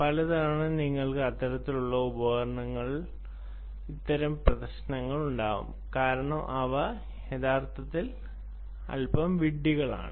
പലതവണ നിങ്ങൾക്ക് ഇത്തരത്തിലുള്ള ഉപകരണങ്ങളിൽ ഇത്തരം പ്രശ്നങ്ങൾ ഉണ്ടാകാം കാരണം അവ ആ അർത്ഥത്തിൽ അൽപം വിഡ്ഢികൾ ആണ്